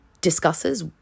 discusses